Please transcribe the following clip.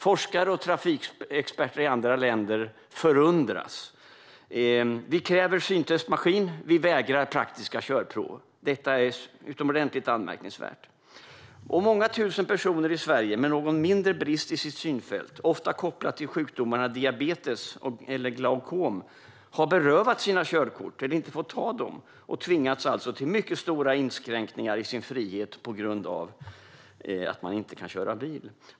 Forskare och trafikexperter i andra länder förundras. Vi kräver att man ska använda en syntestmaskin. Vi vägrar att låta berörda personer göra praktiska körprov. Detta är utomordentligt anmärkningsvärt. Många tusen personer i Sverige med någon mindre brist i sitt synfält, ofta kopplad till sjukdomarna diabetes eller glaukom, har berövats sina körkort eller inte fått ta körkort och tvingas alltså till mycket stora inskränkningar i sin frihet på grund av att de inte kan köra bil.